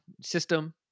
system